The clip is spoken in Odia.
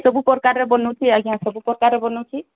ସବୁ ପ୍ରକାରରେ ବନଉଛି ଆଜ୍ଞା ସବୁ ପ୍ରକାର ବନଉଛି